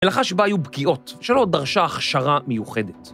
‫הלחש בה היו בקיאות, ‫שלא דרשה הכשרה מיוחדת.